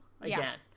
again